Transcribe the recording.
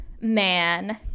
man